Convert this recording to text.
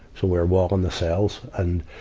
so we're walking the cells, and,